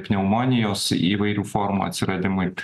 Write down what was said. pneumonijos įvairių formų atsiradimui